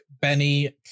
Benny